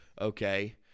Okay